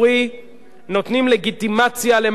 נותנים לגיטימציה למאבק אלים,